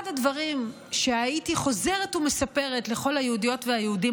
אחד הדברים שהייתי חוזרת ומספרת לכל היהודיות והיהודים